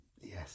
Yes